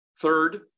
Third